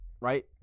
Right